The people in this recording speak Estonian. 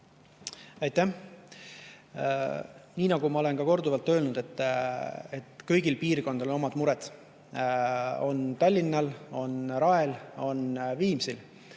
Aitäh! Nii nagu ma olen korduvalt öelnud, kõigil piirkondadel on omad mured – on Tallinnal, on Rae vallal, on Viimsi